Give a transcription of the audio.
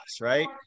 right